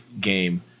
game